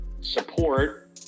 support